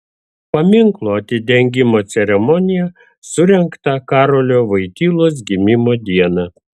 paminklo atidengimo ceremonija surengta karolio voitylos gimimo dieną